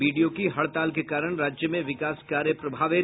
BDO की हड़ताल के कारण राज्य में विकास कार्य प्रभावित